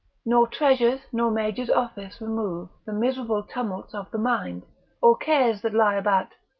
nor treasures, nor majors officers remove the miserable tumults of the mind or cares that lie about,